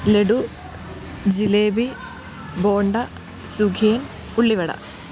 ലഡു ജിലേബി ബോണ്ട സുഖിയൻ ഉള്ളിവട